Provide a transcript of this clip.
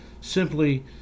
simply